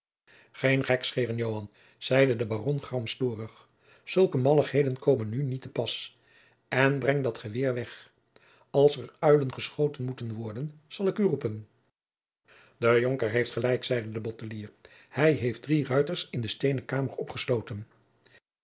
geen gekscheeren joan zeide de baron gramstorig zulke malligheden komen nu niet te pas en breng dat geweer weg als er uilen geschoten moeten worden zal ik u roepen de jonker heeft gelijk zeide de bottelier hij heeft drie ruiters in de steenen kamer opgesloten